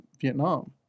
Vietnam